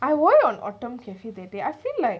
I wore on autumn cafe that day I feel like